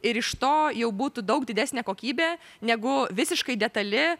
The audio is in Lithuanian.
ir iš to jau būtų daug didesnė kokybė negu visiškai detali